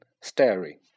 staring